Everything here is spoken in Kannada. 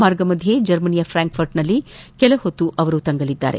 ಮಾರ್ಗಮಧ್ಯೆ ಜರ್ಮನಿಯ ಫ್ರಾಂಕ್ಫರ್ಟ್ನಲ್ಲಿ ಕೆಲ ಸಮಯ ತಂಗಲಿದ್ದಾರೆ